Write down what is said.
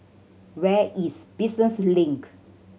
where is Business Link